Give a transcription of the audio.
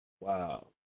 Wow